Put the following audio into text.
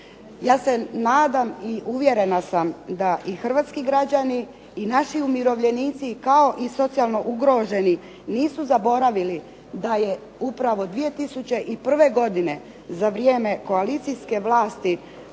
Ja se nadam i uvjerena sam da i hrvatski građani i naši umirovljenici kao i socijalno ugroženi nisu zaboravili da je upravo 2001. godine za vrijeme koalicijske vlasti